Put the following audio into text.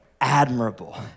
admirable